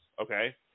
Okay